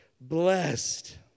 blessed